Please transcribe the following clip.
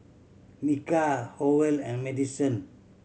Micah Howell and Maddison